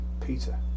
Peter